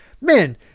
man